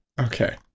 Okay